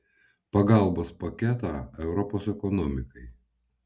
pagalbos paketą europos ekonomikai